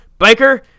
Biker